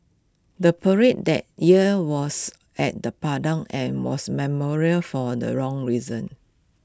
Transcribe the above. the parade that year was at the Padang and was memorial for the wrong reasons